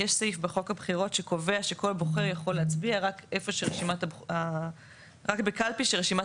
יש סעיף בחוק הבחירות שקובע שכל בוחר יכול להצביע רק בקלפי שרשימת